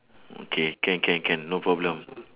okay can can can no problem